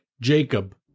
Jacob